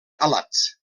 alats